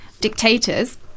dictators